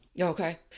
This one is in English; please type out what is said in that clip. Okay